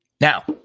Now